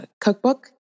cookbook